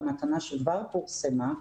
כפי שכבר פורסם,